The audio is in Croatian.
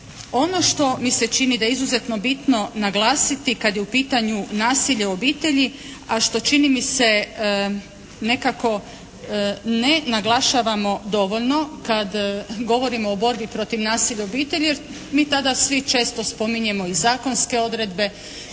Ono što mi se čini da je izuzetno bitno naglasiti kad je u pitanju nasilje u obitelji, a što čini mi se nekako ne naglašavamo dovoljno kad govorimo o borbi protiv nasilja u obitelji jer mi tada svi često spominjemo i zakonske odredbe,